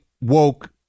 Woke